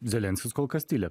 zelenskis kol kas tyli